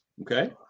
okay